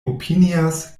opinias